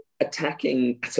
attacking